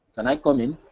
and i comment?